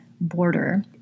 border